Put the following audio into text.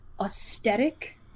aesthetic